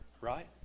right